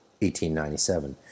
1897